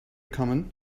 coming